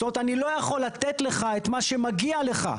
זאת אומרת, אני לא יכול לתת לך את מה שמגיע לך.